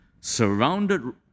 surrounded